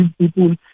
people